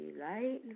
light